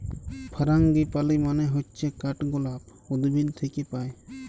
ফারাঙ্গিপালি মানে হচ্যে কাঠগলাপ উদ্ভিদ থাক্যে পায়